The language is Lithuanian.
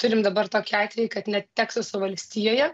turim dabar tokį atvejį kad net teksaso valstijoje